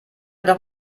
doch